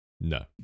No